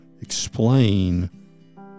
explain